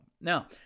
Now